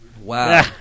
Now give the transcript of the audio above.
Wow